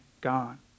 gone